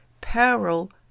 Peril